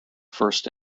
first